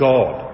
God